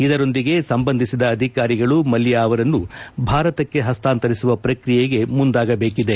ಇದರೊಂದಿಗೆ ಸಂಬಂಧಿಸಿದ ಅಧಿಕಾರಿಗಳು ಮಲ್ಲ ಅವರನ್ನು ಭಾರತಕ್ಕೆ ಹಸ್ತಾಂತರಿಸುವ ಪ್ರಕ್ರಿಯೆಗೆ ಮುಂದಾಗಬೇಕಿದೆ